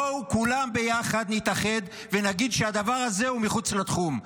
בואו כולם ביחד נתאחד ונגיד שהדבר הזה הוא מחוץ לתחום,